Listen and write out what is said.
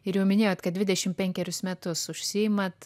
ir jau minėjot kad dvidešim penkerius metus užsiimat